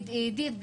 עידית,